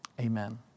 Amen